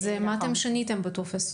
אז מה אתם שיניתם בטופס?